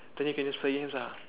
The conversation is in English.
then you can just play games ah